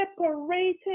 separated